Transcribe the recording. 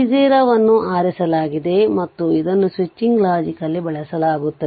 V0 ಅನ್ನು ಆರಿಸಲಾಗಿದೆ ಮತ್ತು ಇದನ್ನು ಸ್ವಿಚಿಂಗ್ ಲಾಜಿಕ್ ಲ್ಲಿ ಬಳಸಲಾಗುತ್ತದೆ